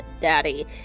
Daddy